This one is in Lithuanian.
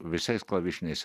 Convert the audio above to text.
visais klavišiniais